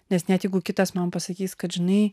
nes net jeigu kitas man pasakys kad žinai